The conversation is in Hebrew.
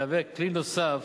מהווה כלי נוסף